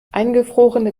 eingefrorene